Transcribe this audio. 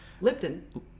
Lipton